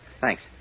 Thanks